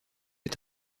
est